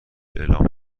اعلام